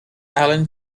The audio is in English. alan